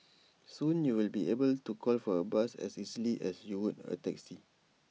soon you will be able to call for A bus as easily as you would A taxi